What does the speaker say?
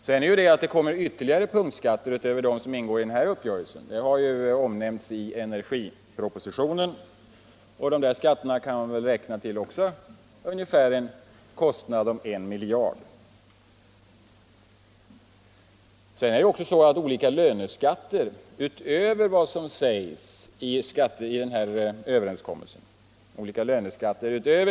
Utöver de punktskattehöjningar som ingår i den nu aktuella uppgörelsen tillkommer de punktskattehöjningar som aviserats i energipropositionen. Dessa skattehöjningar kan beräknas uppgå till ytterligare ungefär 1 miljard. Vidare kommer från nästa år olika löneskatter att höjas utöver vad som angivits i överenskommelsen.